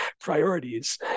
priorities